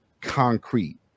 concrete